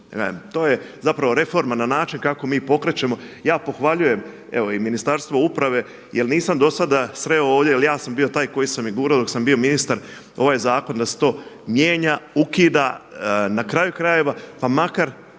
To je zapravo reforma na način kako mi pokrećemo. Ja pohvaljujem evo i Ministarstvo uprave jer nisam do sada sreo ovdje jer ja sam bio taj koji sam i gurao dok sam bio ministar ovaj zakon da se to mijenja, ukida. Na kraju krajeva ma makar